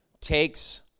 takes